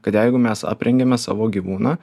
kad jeigu mes aprengiame savo gyvūną